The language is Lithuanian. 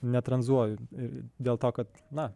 netranzuoju ir dėl to kad na